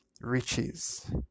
riches